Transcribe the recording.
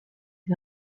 des